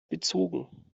bezogen